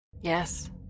Yes